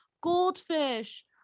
Goldfish